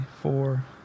four